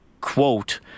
quote